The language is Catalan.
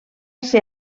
ser